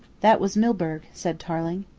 that was milburgh, said tarling.